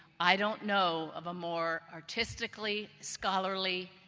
i don't know of a more artistically, scholarly,